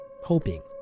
hoping